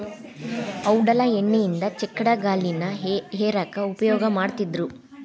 ಔಡಲ ಎಣ್ಣಿಯಿಂದ ಚಕ್ಕಡಿಗಾಲಿನ ಹೇರ್ಯಾಕ್ ಉಪಯೋಗ ಮಾಡತ್ತಿದ್ರು